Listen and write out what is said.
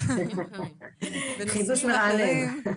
אלא בנושאים אחרים.